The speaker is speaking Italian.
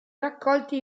raccolti